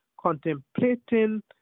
contemplating